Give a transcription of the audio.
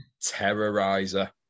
terrorizer